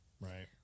right